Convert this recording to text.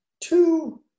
two